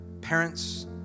parents